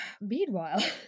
Meanwhile